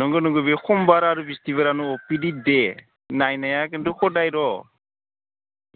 नंगौ नंगौ बियो समबार आरो बिस्थिबारानो अपिडि डे नायनाया खिन्थु हदायर'